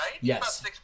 Yes